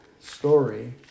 story